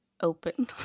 open